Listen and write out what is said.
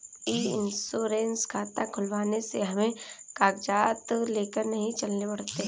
ई insurance खाता खुलवाने से हमें कागजात लेकर नहीं चलने पड़ते